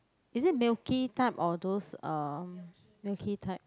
is it milky type or those um milky type